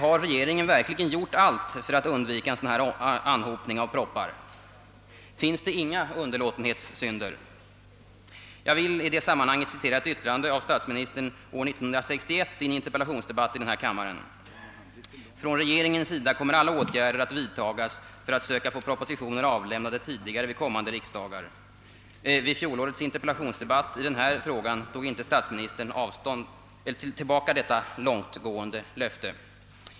Har regeringen verkligen gjort allt för att undvika en sådan här anhopning av propositioner? Finns det inga underlåtenhetssynder? Jag vill i detta sammanhang citera ett yttrande av statsministern i en interpellationsdebatt år 1961 i denna kammare. Det lydde så här: »Från regeringens sida kommer alla åtgärder att vidtagas för att försöka få propositioner avlämnade tidigare vid kommande riksdagar.» Vid fjolårets interpellationsdebatt i denna fråga tog inte statsministern tillbaka detta långtgående löfte.